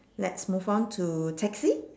let's move on to taxi